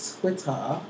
twitter